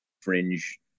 fringe